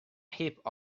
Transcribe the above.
heap